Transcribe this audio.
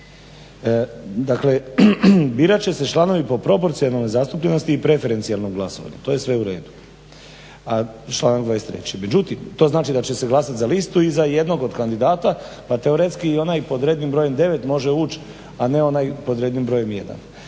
Dakle, birat će se članovi po proporcionalnoj zastupljenosti i prefercijalnom glasovanju. to je sve u redu. Članak 23. Međutim, to znači da će se glasat za listu i za jednog od kandidata, pa teoretski i onaj pod rednim brojem 9 može ući a ne onaj pod rednim brojem